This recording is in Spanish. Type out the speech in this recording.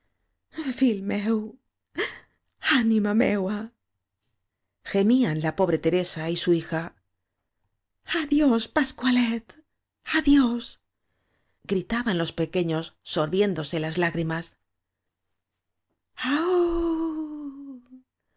anima mena gemían la ppore teresa y su hija adiós pascualet adiós gritaban los pequeños sorbiéndose las lágrimas